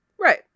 right